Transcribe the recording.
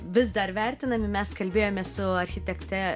vis dar vertinami mes kalbėjomės su architekte